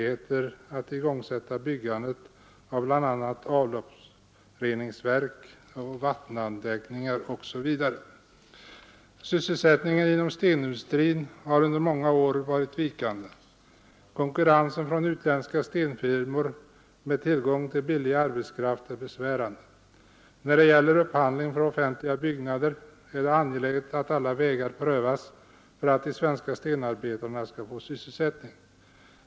igheter att igångsätta byggandet av bl.a. avloppsreningsverk, vattenanläggningar osv. Sysselsättningen inom stenindustrin har under många år varit vikande. Konkurrensen från utländska stenfirmor med tillgång till billig arbetskraft är besvärande. När det gäller upphandling för offentliga byggnader är det angeläget att alla vägar prövas för att de svenska stenarbetarna skall få sysselsättning.